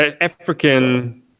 African